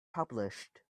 published